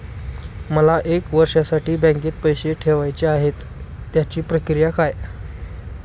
मला एक वर्षासाठी बँकेत पैसे ठेवायचे आहेत त्याची प्रक्रिया काय?